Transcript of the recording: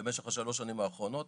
במשך השלוש השנים האחרונות,